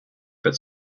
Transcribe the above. but